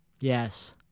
Yes